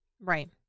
Right